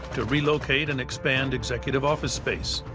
to relocate and expand executive office space.